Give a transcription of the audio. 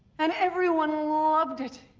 and everyone loved it.